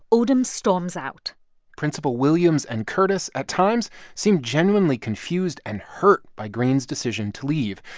odom storms out principal williams and curtis at times seemed genuinely confused and hurt by greene's decision to leave.